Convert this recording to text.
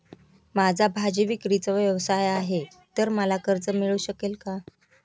माझा भाजीविक्रीचा व्यवसाय आहे तर मला कर्ज मिळू शकेल का?